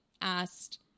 asked